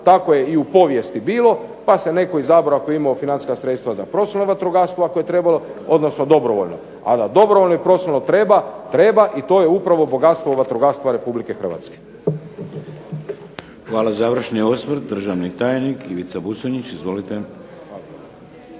Tako je i povijesti bilo, pa se netko izabrao ako je imao financijska sredstva za profesionalno vatrogastvo ako je trebalo, odnosno dobrovoljno. A da dobrovoljno i profesionalno treba, treba i to je upravo bogatstvo vatrogastva RH. **Šeks, Vladimir (HDZ)** Hvala. Završni osvrt državni tajnik Ivica Buconjić, izvolite.